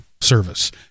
service